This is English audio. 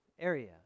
area